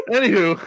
Anywho